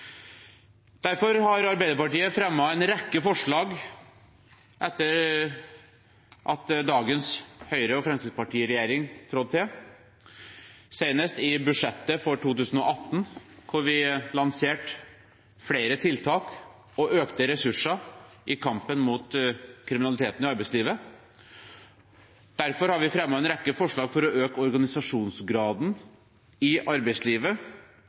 Derfor har Arbeiderpartiet fremmet en rekke forslag etter at Høyre–Fremskrittsparti-regjeringen tiltrådte, senest i budsjettet for 2018, hvor vi lanserte flere tiltak og økte ressurser i kampen mot kriminaliteten i arbeidslivet. Derfor har vi fremmet en rekke forslag for å øke organisasjonsgraden i arbeidslivet,